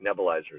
nebulizers